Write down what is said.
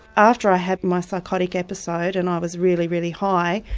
after i had my psychotic episode and i was really, really high,